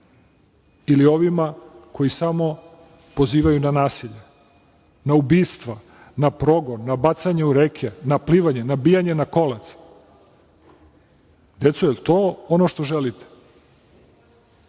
ili ovima koji samo pozivaju na nasilje, na ubistva, na progon, na bacanje u reke, na plivanje, na nabijanje na kolac. Deco, da li je to ono što želite. Deco,